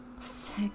sick